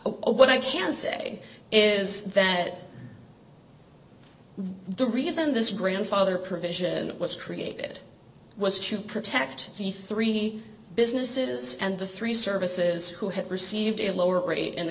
what i can say is that the reason this grandfather provision was created was to protect the three businesses and the three services who had received a lower rate in the